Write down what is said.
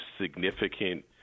significant